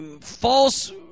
false